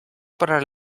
para